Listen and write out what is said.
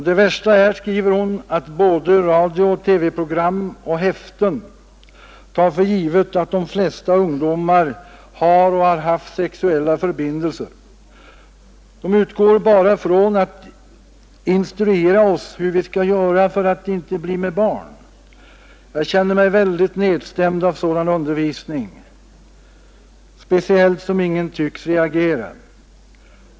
Det värsta är, skriver hon, att både radiooch TV-program och häften tar för givet att de flesta ungdomar har och har haft sexuella förbindelser. ”De utgår bara från att instruera oss hur vi skall göra för att inte bli med barn. Jag känner mig väldigt nedstämd av sådan undervisning, speciellt som ingen tycks reagera.